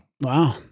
Wow